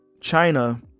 China